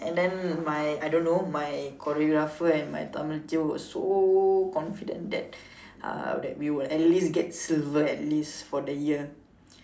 and then my I don't know my choreographer and my Tamil teacher was so confident that uh that we would at least get silver at least for the year